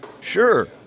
Sure